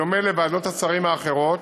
בדומה לוועדות השרים האחרות,